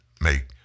make